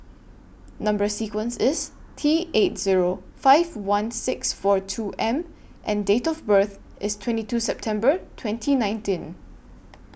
Number sequence IS T eight Zero five one six four two M and Date of birth IS twenty two September twenty nineteen